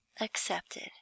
accepted